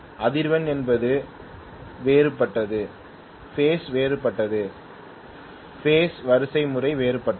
அதிர்வெண் என்பது வேறுபட்டது பேஸ் வேறுபட்டது பேஸ் வரிசைமுறை வேறுபட்டது